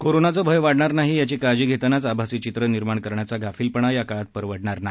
कोरोनाचे भय वाढणार नाही याची काळजी घेतानाच आभासी चित्र निर्माण करण्याचा गाफिलपणा या काळात परवडणार नाही